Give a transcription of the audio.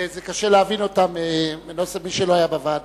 קשה להבין אותם, מי שלא היה בוועדה.